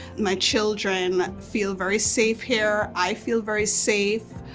my children feel very safe here, i feel very safe,